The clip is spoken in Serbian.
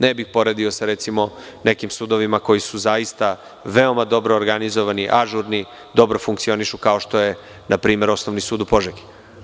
Ne bih poredio sa recimo nekim sudovima koji su zaista veoma dobro organizovani, ažurni, dobro funkcionišu kao što je npr. Osnovni sud u Požegi.